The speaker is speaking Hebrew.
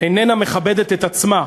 איננה מכבדת את עצמה.